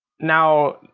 now,